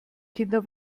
kinder